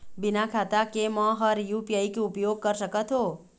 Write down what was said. बिना खाता के म हर यू.पी.आई के उपयोग कर सकत हो?